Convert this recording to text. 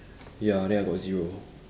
ya then I got zero